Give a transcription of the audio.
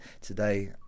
today